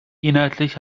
inhaltlich